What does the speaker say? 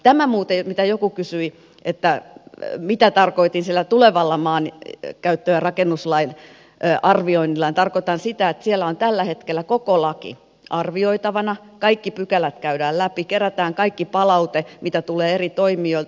tämä muuten mitä joku kysyi että mitä tarkoitin sillä tulevalla maankäyttö ja rakennuslain arvioinnilla niin tarkoitan sitä että siellä on tällä hetkellä koko laki arvioitavana kaikki pykälät käydään läpi kerätään kaikki palaute mitä tulee eri toimijoilta